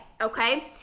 okay